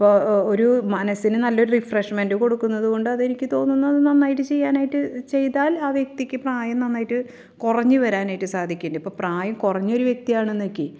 ഇപ്പോൾ ഒരു മനസ്സിനു നല്ലൊരു റിഫ്രെഷ്മെൻറ്റ് കൊടുക്കുന്നതു കൊണ്ട് അത് എനിക്ക് തോന്നുന്നത് നന്നായിട്ട് ചെയ്യാനായിട്ട് ചെയ്താൽ ആ വ്യക്തിക്ക് പ്രായം നന്നായിട്ട് കുറഞ്ഞു വരാനായിട്ട് സാധിക്കില്ലെ ഇപ്പോൾ പ്രായം കുറഞ്ഞൊരു വ്യക്തിയാണെന്നെനിയ്ക്ക്